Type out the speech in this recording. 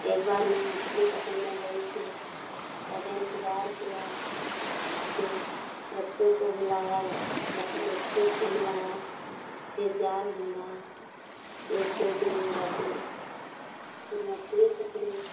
एक बार मैं मछली पकड़ने गई थी पहले इंतज़ार किया फिर बच्चों को बुलाया सब दोस्तों को बुलाया फिर जाल ढूँढा एक दो दिन लगें फिर मछली पकड़ी